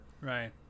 Right